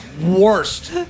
worst